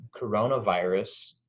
coronavirus